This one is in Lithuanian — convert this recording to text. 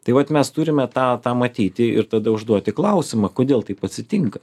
tai vat mes turime tą tą matyti ir tada užduoti klausimą kodėl taip atsitinka